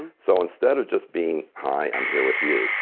so instead of just being, hi, i'm here with you,